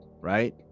right